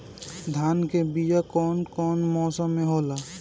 धान के बीया कौन मौसम में होला?